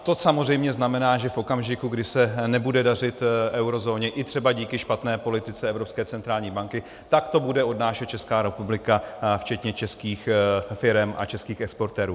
To samozřejmě znamená, že v okamžiku, kdy se nebude dařit eurozóně i třeba díky špatné politice Evropské centrální banky, tak to bude odnášet Česká republika včetně českých firem a českých exportérů.